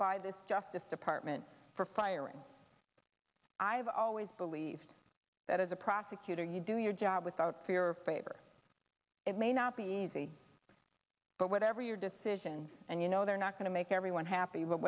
by the justice department for firing i have always believed that as a prosecutor you do your job without fear or favor it may not be easy but whatever your decision and you know they're not going to make everyone happy but